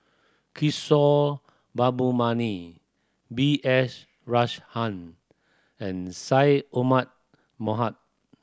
Kishore Mahbubani B S Rajhans and Syed Omar Mohamed